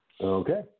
Okay